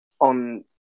on